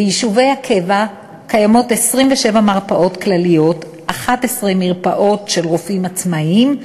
ביישובי הקבע קיימות 27 מרפאות כלליות ו-11 מרפאות של רופאים עצמאים,